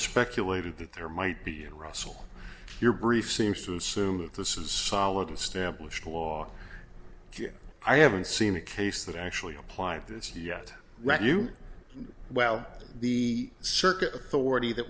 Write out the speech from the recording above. speculated that there might be an russell your brief seems to assume that this is solid and stamp which the law i haven't seen a case that actually applied to it yet right you well the circuit authority that